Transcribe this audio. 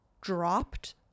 dropped